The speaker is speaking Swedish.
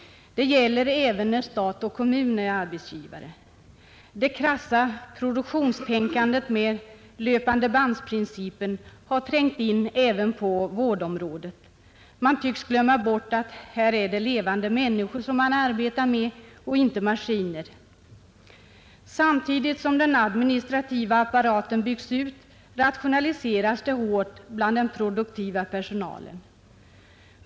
Detta gäller även när stat och kommun är arbetsgivare. Det krassa produktionstänkandet med arbete efter löpandebandprincipen har trängt in även på vårdområdet. Man tycks alldeles glömma att man här arbetar med levande människor, inte med maskiner. Samtidigt som den administrativa apparaten byggs ut rationaliseras det hårt bland den produktiva personalen.